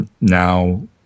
now